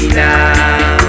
now